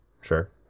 sure